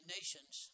Nations